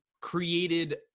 created